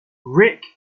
rick